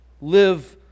Live